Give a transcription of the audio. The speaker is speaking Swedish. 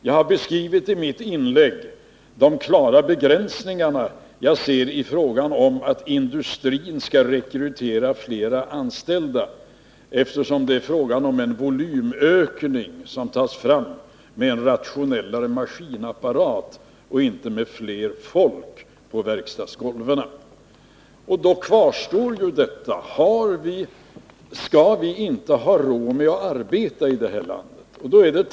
Jag har i mitt tidigare anförande beskrivit de klara begränsningar jag ser i fråga om att industrin skall rekrytera flera anställda, eftersom det gäller en volymökning som tas fram med en rationellare maskinapparat och inte med fler anställda på verkstadsgolven. Då kvarstår frågan: Skall vii det här landet inte ha råd att arbeta?